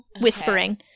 whispering